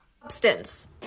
Substance